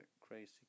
crazy